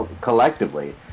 collectively